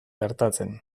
gertatzen